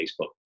Facebook